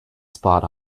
spot